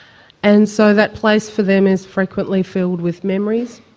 and so that place for them is frequently filled with memories.